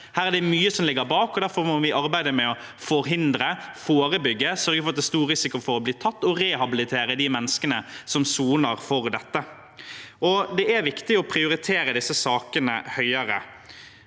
Her er det mye som ligger bak, og derfor må vi arbeide med å forhindre, forebygge, sørge for at det er stor risiko for å bli tatt, og rehabilitere de menneskene som soner for dette. Det er viktig å prioritere disse sakene høyere.